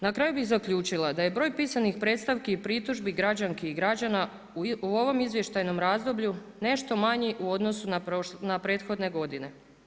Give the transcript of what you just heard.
Na kraju bih zaključila da je broj pisanih predstavki i pritužbi građanki i građana u ovom izvještajnom razdoblju nešto manji u odnosu na prethodne godine.